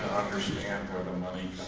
understand where the money